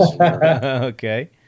okay